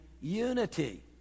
unity